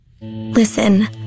Listen